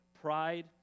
pride